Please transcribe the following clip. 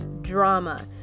drama